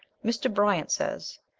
mr. bryant says,